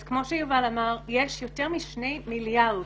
כמו שיובל אמר, יש יותר משני מיליארד